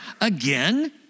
again